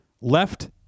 left